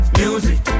music